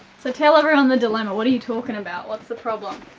so tell everyone the dilemma, what are you talking about? what's the problem?